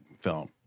film